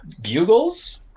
Bugles